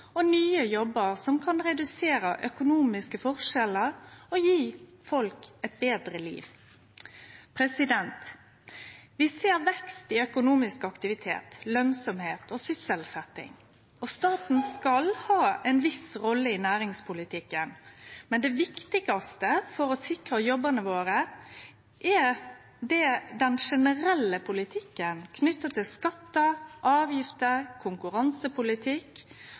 og nye jobbar som kan redusere økonomiske forskjellar og gje folk eit betre liv. Vi ser vekst i økonomisk aktivitet, lønsemd og sysselsetjing. Staten skal ha ei viss rolle i næringspolitikken, men det viktigaste for å sikre jobbane våre er den generelle politikken, knytt til skattar, avgifter, konkurransepolitikk